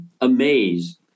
amazed